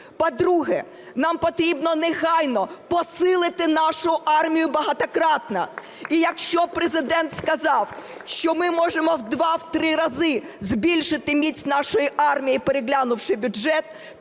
По-друге, нам потрібно негайно посилити нашу армію багатократно, і якщо Президент сказав, що ми можемо в два, в три рази збільшити міць нашої армії, переглянувши бюджет,